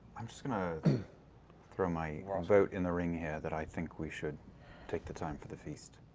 i'm just going to throw my vote in the ring here, that i think we should take the time for the feast.